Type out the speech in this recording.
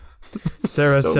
Sarah